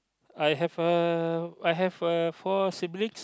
I have uh I have uh four siblings